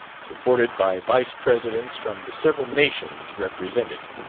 supported by vice-presidents from the several nations represented.